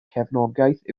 cefnogaeth